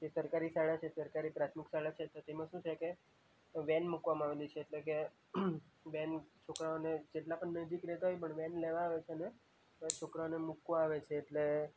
જે સરકારી શાળા છે સરકારી પ્રાથમિક શાળા છે તો તેમાં શું છે કે વેન મૂકવામાં આવેલી છે એટલે કે વેન છોકરાંઓને જેટલાં પણ નજીક રહેતા હોય એ વેન લેવા આવે છે અને છોકરાંઓને મૂકવા આવે છે એટલે